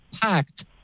packed